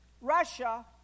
Russia